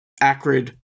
acrid